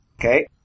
Okay